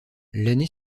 l’année